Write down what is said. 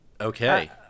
okay